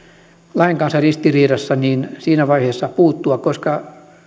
lain kanssa ristiriidassa siinä vaiheessa puuttua koska